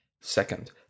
Second